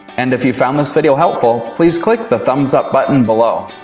and if you found this video helpful please click the thumbs up button below.